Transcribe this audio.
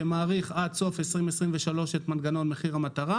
שמאריכה עד סוף שנת 2023 את מנגנון מחיר המטרה